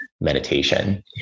meditation